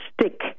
stick